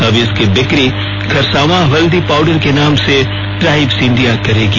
अब इसकी बिक्री खरसांवा हल्दी पाउडर के नाम से ट्राइब्स इंडिया करेगी